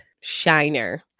shiner